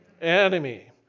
enemy